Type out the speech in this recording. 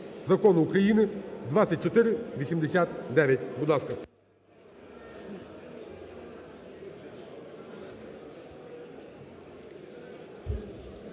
Закону України 2489.